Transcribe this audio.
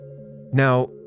Now